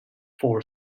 four